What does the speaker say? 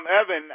Evan